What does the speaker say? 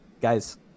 guys